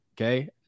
Okay